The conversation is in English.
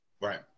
Right